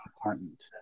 important